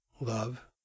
love